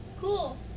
Cool